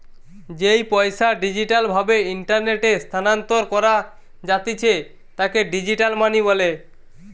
যেই পইসা ডিজিটাল ভাবে ইন্টারনেটে স্থানান্তর করা জাতিছে তাকে ডিজিটাল মানি বলে